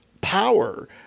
power